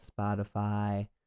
Spotify